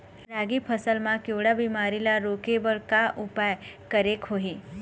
रागी फसल मा केवड़ा बीमारी ला रोके बर का उपाय करेक होही?